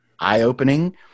eye-opening